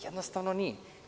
Jednostavno nije.